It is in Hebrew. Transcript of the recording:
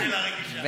גם אימא שלה רגישה.